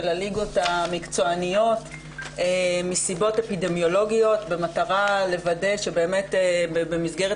הליגות המקצועניות מסיבות אפידמיולוגיות במטרה לוודא שבאמת במסגרת